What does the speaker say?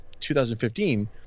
2015